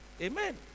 Amen